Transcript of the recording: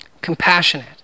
compassionate